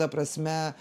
ta prasme